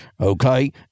Okay